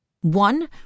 one